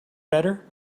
better